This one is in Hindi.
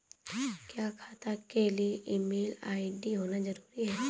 क्या खाता के लिए ईमेल आई.डी होना जरूरी है?